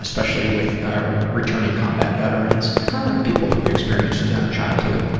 especially with ah returning combat veterans and people who have experience childhood